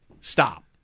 Stop